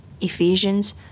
Ephesians